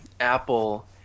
Apple